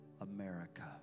America